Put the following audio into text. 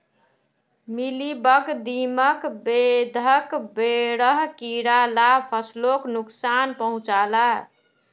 mealybug, दीमक, बेधक वगैरह कीड़ा ला फस्लोक नुक्सान पहुंचाः